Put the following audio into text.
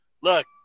Look